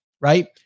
right